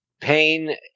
pain